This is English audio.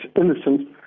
innocent